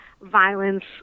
violence